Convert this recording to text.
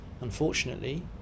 unfortunately